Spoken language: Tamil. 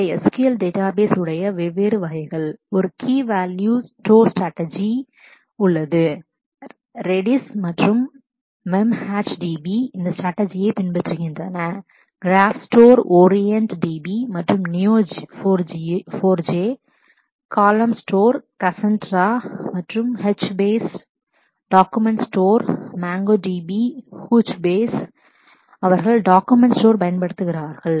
இவை SQL டேட்டாபேஸ் databases உடைய வெவ்வேறு வகைகள் ஒரு key value store strategy key value store strategy உள்ளது Redis மற்றும் MemcacheDB இந்த ஸ்ரட்டஜியை பின்பற்றுகின்றன graph store graph store Orient OrientDB மற்றும் நியோ Neo4J காலம் store column store Cassandra Cassandra மற்றும் HBase HBase document store document store mango DP MongoDB கூச்ச்பேஸ் Couchbase அவர்கள் டாக்கூமென்ட் ஸ்டோர் பயன்படுத்துகிறார்கள்